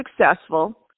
successful